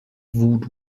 voodoo